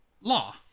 law